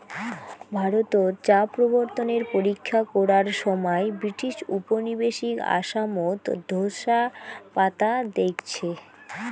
ভারতত চা প্রবর্তনের পরীক্ষা করার সমাই ব্রিটিশ উপনিবেশিক আসামত ঢোসা পাতা দেইখছে